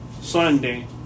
Sunday